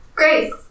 Grace